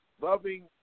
loving